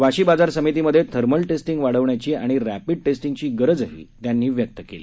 वाशी बाजार समितीमध्ये thermal testing वाढविण्याची आणि रॅपिड टेस्टिंगची गरज त्यांनी व्यक्त केली